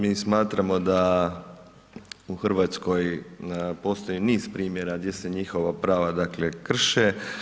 Mi smatramo da u Hrvatskoj postoji niz primjera gdje se njihova prava krše.